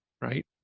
right